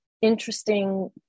interesting